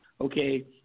Okay